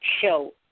show